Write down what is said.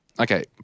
okay